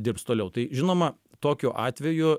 dirbs toliau tai žinoma tokiu atveju